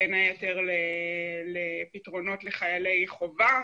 בין היתר לפתרונות לחיילי חובה.